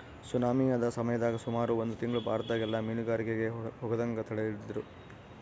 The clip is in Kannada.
ಸುನಾಮಿ ಆದ ಸಮಯದಾಗ ಸುಮಾರು ಒಂದು ತಿಂಗ್ಳು ಭಾರತದಗೆಲ್ಲ ಮೀನುಗಾರಿಕೆಗೆ ಹೋಗದಂಗ ತಡೆದಿದ್ರು